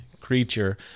creature